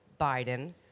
Biden